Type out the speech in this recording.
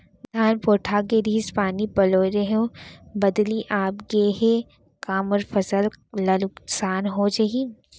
धान पोठागे रहीस, पानी पलोय रहेंव, बदली आप गे हे, का मोर फसल ल नुकसान हो जाही?